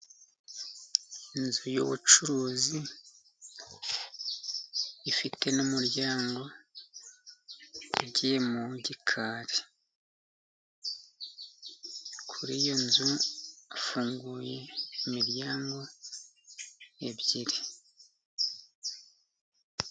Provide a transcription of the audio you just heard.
Inzu y'ubucuruzi ifite n'umuryango ugiye mu gikari. Kuri iyo nzu hafunguye imiryango ibiri.